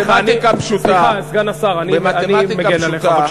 סליחה, סגן השר, אני מגן עליך.